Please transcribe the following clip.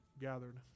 gathered